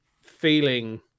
feeling